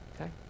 Okay